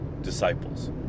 disciples